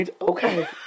Okay